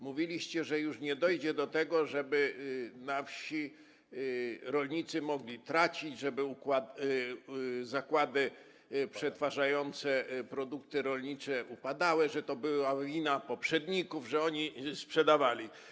Mówiliście, że już nie dojdzie do tego, żeby na wsi rolnicy mogli tracić, żeby zakłady przetwarzające produkty rolnicze upadały, że to była ruina poprzedników, że oni sprzedawali.